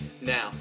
Now